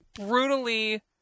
brutally